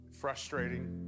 frustrating